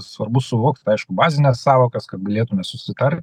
svarbu suvokt aišku bazines sąvokas kad galėtume susitart